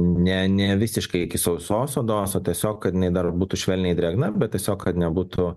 ne ne visiškai sausos odos o tiesiog kad jinai dar būtų švelniai drėgna bet tiesiog kad nebūtų